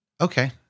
Okay